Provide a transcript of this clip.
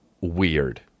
weird